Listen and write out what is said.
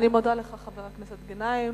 אני מודה לך, חבר הכנסת גנאים.